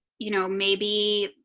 you know, maybe.